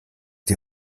die